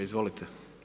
Izvolite.